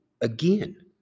again